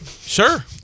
Sure